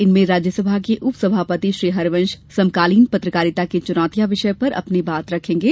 इसमें राज्यसभा के उपसभापति श्री हरिवंश समकालीन पत्रकारिता की चुनौतियां विषय पर अपनी बात रखेंगे